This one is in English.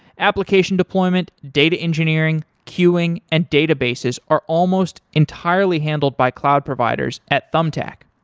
application deployment, data engineering, queuing and databases are almost entirely handled by cloud providers at thumbtack.